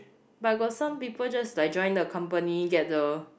but got some people just like join the company get the